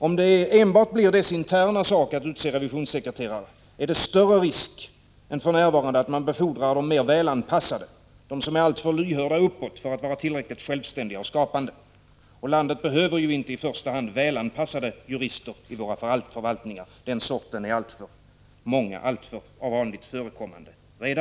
Om det enbart blir dess interna sak att utse revisionssekreterare, är det större risk än för närvarande att man befordrar de mer välanpassade, de som är alltför lyhörda uppåt för att vara tillräckligt självständiga och skapande. Och landet behöver inte i första hand välanpassade jurister i förvaltningarna — den sorten är redan alltför vanligt förekommande.